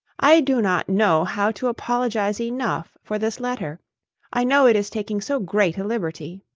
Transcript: i do not know how to apologize enough for this letter i know it is taking so great a liberty.